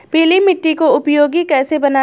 पीली मिट्टी को उपयोगी कैसे बनाएँ?